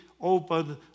open